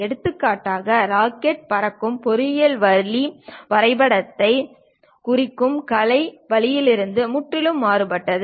எடுத்துக்காட்டாக ராக்கெட்டைப் பார்க்கும் பொறியியல் வழி வரைபடத்தைக் குறிக்கும் கலை வழியிலிருந்து முற்றிலும் மாறுபட்டது